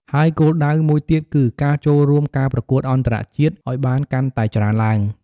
ហើយគោលដៅមួយទៀតគឺការចូលរួមការប្រកួតអន្តរជាតិឲ្យបានកាន់តែច្រើនឡើង។